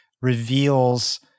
reveals